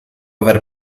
aver